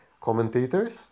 commentators